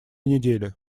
недели